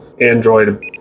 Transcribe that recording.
Android